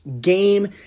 game